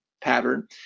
pattern